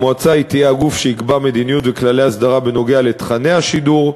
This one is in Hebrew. המועצה תהיה הגוף שיקבע מדיניות וכללי אסדרה בנוגע לתוכני השידור,